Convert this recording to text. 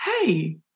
hey